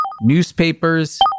newspapers